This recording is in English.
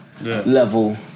level